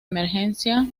emergencia